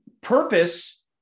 purpose